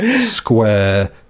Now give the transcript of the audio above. square